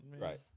Right